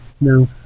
No